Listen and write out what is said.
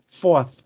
Fourth